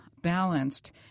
balanced